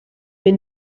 been